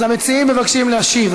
אז המציעים מבקשים להשיב.